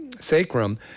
sacrum